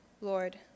Lord